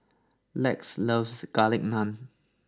Lex loves Garlic Naan